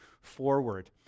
forward